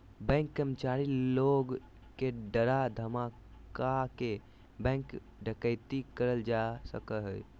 bank कर्मचारी लोग के डरा धमका के बैंक डकैती करल जा सका हय